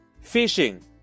Fishing